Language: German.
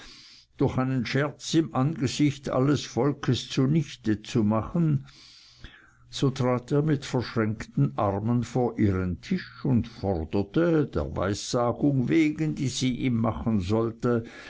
durch einen scherz im angesicht alles volks zunichte zu machen so trat er mit verschränkten armen vor ihren tisch und forderte der weissagung wegen die sie ihm machen sollte